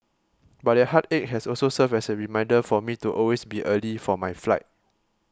but that heartache has also served as a reminder for me to always be early for my flight